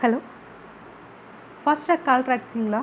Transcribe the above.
hello fast track call ட்ராக்ஸிங்களா